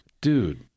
Dude